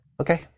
Okay